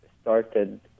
started